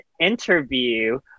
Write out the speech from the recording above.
interview